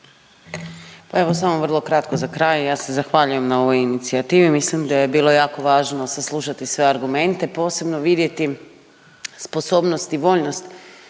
Pa evo samo vrlo kratko za kraj. Ja se zahvaljujem na ovoj inicijativi, mislim da je bilo jako važno saslušati sve argumente, posebno vidjeti sposobnost i voljnost